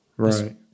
Right